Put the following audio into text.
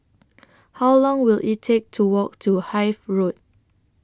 How Long Will IT Take to Walk to Hythe Road